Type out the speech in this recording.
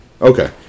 Okay